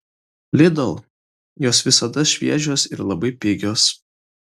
lidl jos visada šviežios ir labai pigios